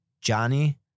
Johnny